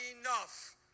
enough